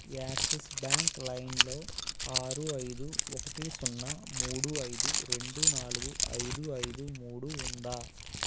axis bank లైమ్లో ఆరు ఐదు ఒకటి సున్నా మూడు ఐదు రెండు నాలుగు ఐదు ఐదు మూడు ఉందా